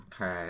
Okay